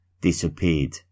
disappeared